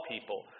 people